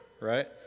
right